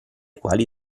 quali